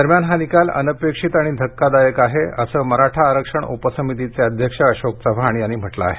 दरम्यान हा निकाल अनपेक्षित आणि धक्कादायक आहे असं मराठा आरक्षण उपसमितीचे अध्यक्ष अशोक चव्हाण यांनी म्हटलं आहे